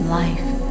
life